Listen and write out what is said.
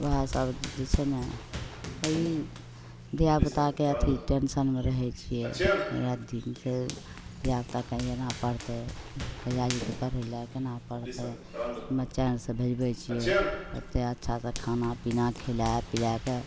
वएहसब जे छै ने ई धिआपुताके अथी टेन्शनमे रहै छिए अथी से धिआपुताके एना पढ़तै कहिआ जएतै पढ़ै ले कोना पढ़तै चैनसे भेजबै छिए ओतेक अच्छासे खाना पीना खिलै पिलैके